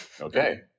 okay